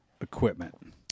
Equipment